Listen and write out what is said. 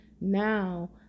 Now